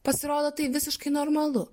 pasirodo tai visiškai normalu